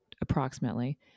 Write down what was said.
approximately